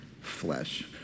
flesh